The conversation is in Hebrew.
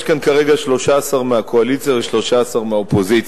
יש כאן כרגע 13 מהקואליציה ו-13 מהאופוזיציה,